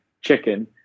chicken